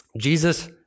Jesus